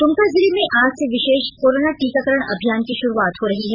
दुमका जिले में आज से विशेष कोरोना टीकाकरण अभियान की शुरुआत हो रही है